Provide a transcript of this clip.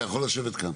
אתה יכול לשבת כאן,